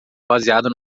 baseado